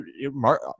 mark